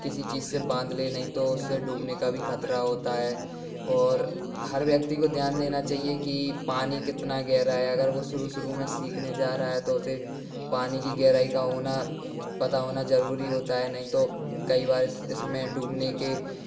किसी चीज से बांध ले नहीं तो उसे डूबने का भी खतरा होता है और हर व्यक्ति को ध्यान देना चाहिए कि पानी कितना गहरा है अगर वो शुरू शुरू में सीखने जा रहा है तो उसे पानी की गहराई का होना पता होना जरूरी होता है नहीं तो कई बार इसमें डूबने के